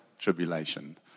Tribulation